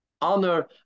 honor